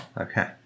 Okay